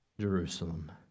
Jerusalem